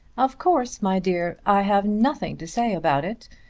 of course, my dear, i have nothing to say about it.